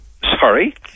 Sorry